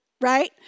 right